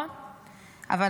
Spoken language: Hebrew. -- וראיתי שהוא הבין.